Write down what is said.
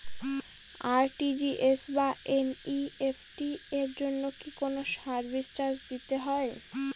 RTGS বা NEFT এর জন্য কি কোনো সার্ভিস চার্জ দিতে হয়?